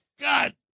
God